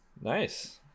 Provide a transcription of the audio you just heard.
nice